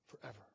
forever